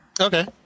Okay